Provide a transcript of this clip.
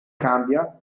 cambia